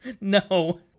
No